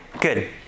Good